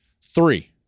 Three